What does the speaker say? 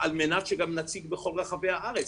על מנת שגם נציג בכל רחבי הארץ.